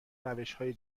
روشهای